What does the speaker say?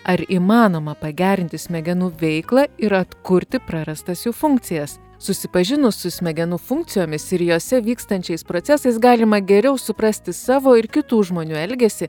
ar įmanoma pagerinti smegenų veiklą ir atkurti prarastas jų funkcijas susipažinus su smegenų funkcijomis ir jose vykstančiais procesais galima geriau suprasti savo ir kitų žmonių elgesį